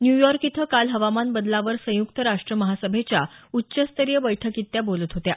New York इथं काल हवामान बदलावर संयुक्त राष्ट महासभेच्या उच्चस्तरीय बैठकीत त्या बोलत होत्या